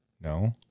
No